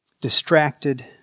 distracted